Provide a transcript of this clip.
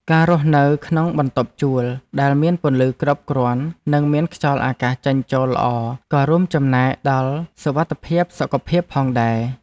ការរស់នៅក្នុងបន្ទប់ជួលដែលមានពន្លឺគ្រប់គ្រាន់និងមានខ្យល់អាកាសចេញចូលល្អក៏រួមចំណែកដល់សុវត្ថិភាពសុខភាពផងដែរ។